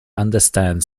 understand